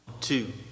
two